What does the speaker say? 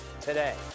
today